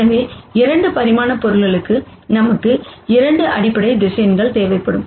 எனவே 2 பரிமாண பொருளுக்கு நமக்கு 2 அடிப்படை வெக்டார்கள் தேவைப்படும்